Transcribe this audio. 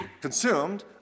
consumed